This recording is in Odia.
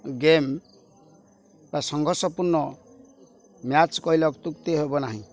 ଗେମ୍ ବା ସଂଘର୍ଷପୂର୍ଣ୍ଣ ମ୍ୟାଚ୍ କହିଲେ ଅପତୁକ୍ତି ହେବ ନାହିଁ